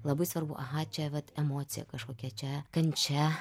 labai svarbu aha čia vat emocija kažkokia čia kančia